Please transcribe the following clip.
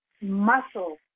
muscle